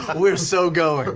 but we're so going.